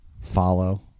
follow